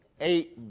eight